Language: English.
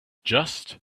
just